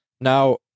Now